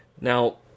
Now